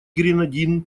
гренадин